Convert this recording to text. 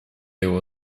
его